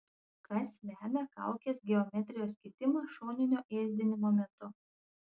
kas lemia kaukės geometrijos kitimą šoninio ėsdinimo metu